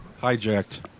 hijacked